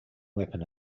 weapon